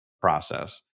process